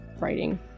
writing